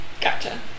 Gotcha